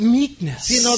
meekness